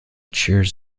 cheers